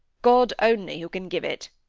god only, who can give it.